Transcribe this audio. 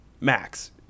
Max